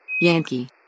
Yankee